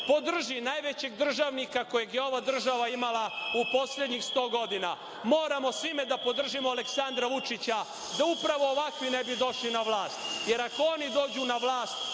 podrži najvećeg državnika kojeg je ova država imala u poslednjih sto godina. Moramo svime da podržimo Aleksandra Vučića da upravo ovakvi ne bi došli na vlast, jer ako oni dođu na vlast,